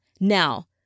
Now